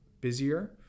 busier